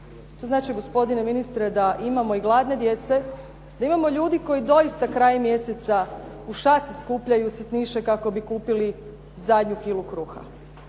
To znači gospodine ministre da imamo i gladne djece, da imamo ljudi koji doista kraj mjeseca u šaci skupljaju sitniše kako bi kupili zadnju kilu kruha.